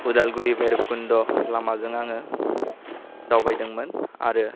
अदालगुरि भैरबकुन्ड' लामाजों आङो दावबायदोंमोन आरो